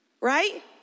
Right